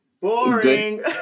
Boring